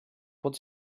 pot